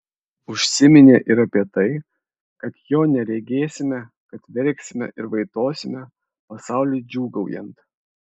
užsiminė ir apie tai kad jo neregėsime kad verksime ir vaitosime pasauliui džiūgaujant